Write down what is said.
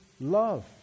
love